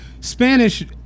Spanish